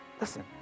Listen